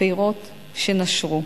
פירות שנשרו.